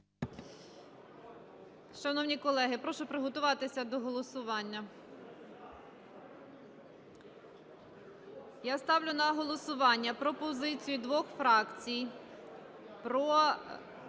Шановні колеги, прошу тприготуватися до голосування. Я ставлю на голосування пропозицію двох фракцій про